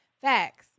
Facts